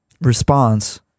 response